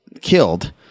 killed